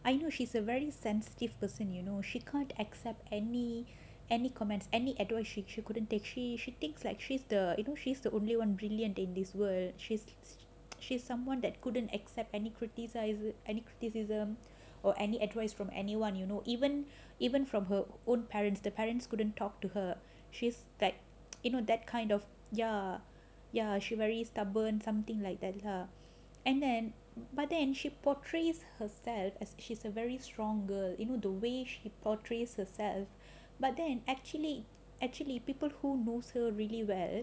I know she's a very sensitive person you know she can't accept any any comments any adult she she couldn't take sh~ she takes like three the you know she's the only one brilliant in this world she's she's someone that couldn't accept any criticises any criticism or any advice from anyone you know even even from her own parents the parents couldn't talk to her she's like you know that kind of ya ya she very stubborn something like that lah and then but then she portrays herself as she's a very strong girl you know the way she portrays herself but then and actually actually people who knows her really well